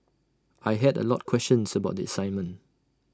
I had A lot questions about the assignment